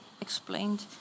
explained